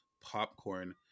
popcorn